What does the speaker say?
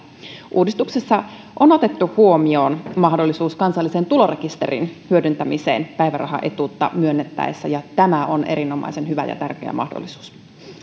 uudistuksessa on otettu huomioon mahdollisuus kansallisen tulorekisterin hyödyntämiseen päivärahaetuutta myönnettäessä ja tämä on erinomaisen hyvä ja tärkeä mahdollisuus